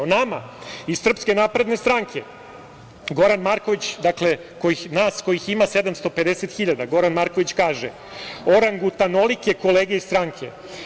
O nama iz SNS Goran Marković, dakle o nama kojih ima 750.000 Goran Marković kaže - orangutanolike kolege iz stranke.